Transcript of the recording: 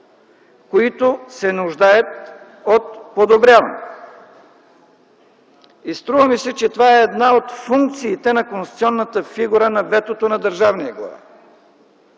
които се нуждаят от подобряване. Струва ми се, че това е една от функциите на конституционната фигура на ветото на държавния глава: